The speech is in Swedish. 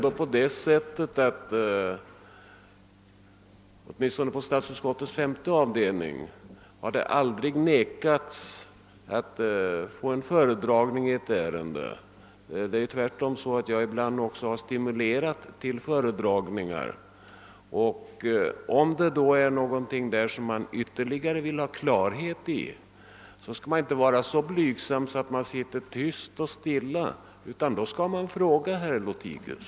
Åtminstone i statsutskottets femte avdelning har vi väl aldrig vägrat att anordna en föredragning i något ärende — tvärtom har jag ibland stimulerat till föredragningar. Om det är någonting som man vill ha ytterligare klarhet i, skall man inte vara blyg och sitta tyst och stilla, utan då skall man fråga, herr Lothigius!